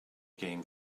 game